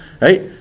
right